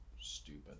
stupid